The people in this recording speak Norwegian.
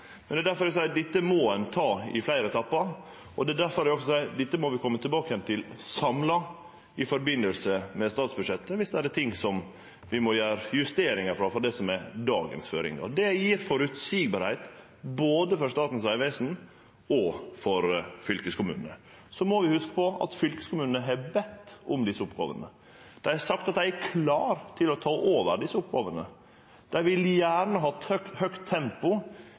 Men det er difor eg seier at dette må ein ta i fleire etappar, og det er difor eg også seier at dette må vi kome tilbake til samla i forbindelse med statsbudsjettet dersom det er ting vi må gjere justeringar på frå det som er dagens føringar. Det gjer situasjonen både for Statens vegvesen og for fylkeskommunane føreseieleg. Så må vi hugse på at fylkeskommunane har bedt om desse oppgåvene. Dei har sagt at dei er klare til å ta over desse oppgåvene. Dei vil gjerne ha høgt tempo